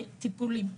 טיפולים.